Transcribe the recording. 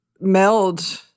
meld